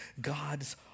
God's